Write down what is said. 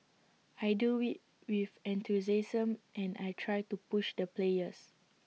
I do IT with enthusiasm and I try to push the players